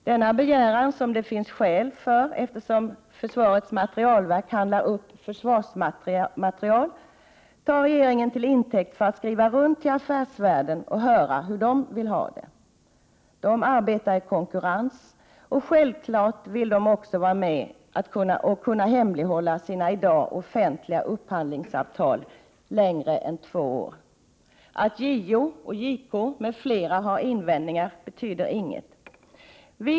Denna begäran, som det kan finnas skäl för eftersom försvarets materielverk köper försvarsmateriel, tar regeringen till intäkt för att skriva runt till affärsverken och höra hur de vill ha det. Affärsverken arbetar i konkurrens, och självfallet vill de kunna hemlighålla i dag offentliga upphandlingsavtal längre än två år. Att bl.a. JO och JK har invändningar betyder ingenting.